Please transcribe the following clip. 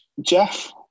Jeff